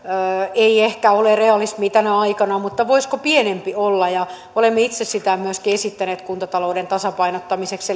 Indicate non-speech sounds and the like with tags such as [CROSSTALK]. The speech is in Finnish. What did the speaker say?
ei ehkä ole realismia tänä aikana mutta voisiko pienempi olla olemme itse sitä myöskin esittäneet kuntatalouden tasapainottamiseksi [UNINTELLIGIBLE]